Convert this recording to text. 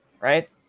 Right